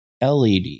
LED